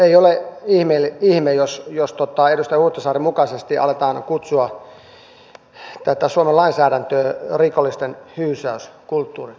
ei ole ihme jos edustaja huhtasaaren mukaisesti aletaan kutsua tätä suomen lainsäädäntöä rikollisten hyysäyskulttuuriksi